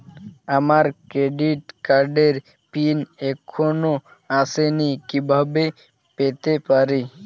আমার ক্রেডিট কার্ডের পিন এখনো আসেনি কিভাবে পেতে পারি?